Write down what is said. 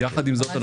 יחד עם זאת,